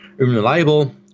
unreliable